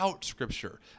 Scripture